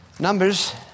Numbers